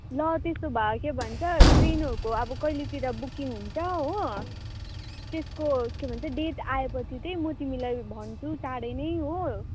ल त्यसो भए के भन्छ ट्रेनहरूको अब कहिलेतिर बुकिङ हुन्छ हो त्यसको के भन्छ डेट आएपछि त्यही म तिमीलाई भन्छु चाँडै नै हो